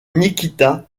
nikita